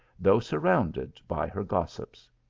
though surrounded by her gossips.